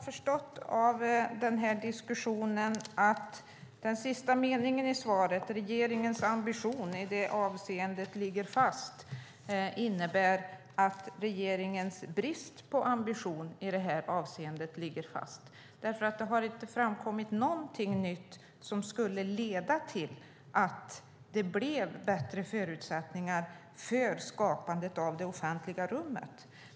Fru talman! Den sista meningen i svaret är: Regeringens ambition i det avseendet ligger fast. Jag har förstått av den här diskussionen att det innebär att regeringens brist på ambition i det här avseendet ligger fast. Det har nämligen inte framkommit någonting nytt som skulle leda till bättre förutsättningar för skapandet av det offentliga rummet.